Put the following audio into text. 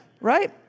Right